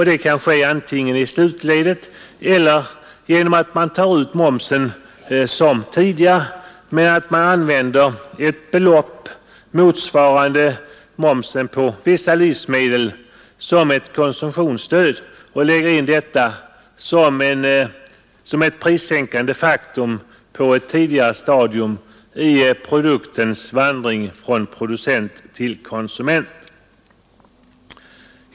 Detta kan ske antingen i slutledet eller genom att man tar ut momsen som tidigare men använder ett belopp motsvarande momsen på vissa livsmedel till ett konsumtionsstöd och lägger in detta som en prissänkande faktor på ett tidigare stadium i produktens vandring från producent till konsument.